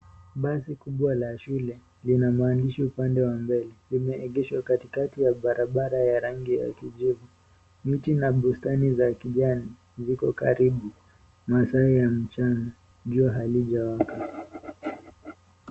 Basi kubwa la shule lina maandishi upande wa mbele limeegeshwa katikati wa barabara ya rangi ya kijivu, miti na bustani za kijani ziko karibu, masaa ya mchana jua halijawaka.